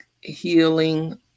Healing